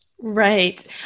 Right